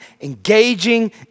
engaging